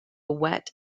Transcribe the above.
wet